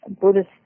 Buddhist